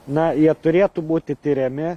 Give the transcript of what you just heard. na jie turėtų būti tiriami